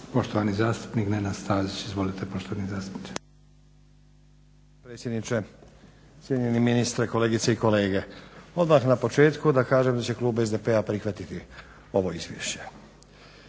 poštovani zastupnik Nenad Stazić. Izvolite poštovani zastupniče.